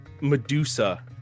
Medusa